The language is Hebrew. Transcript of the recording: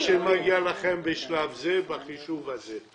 מה שמגיע לכם בשלב זה בחישוב הזה.